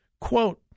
quote